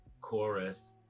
chorus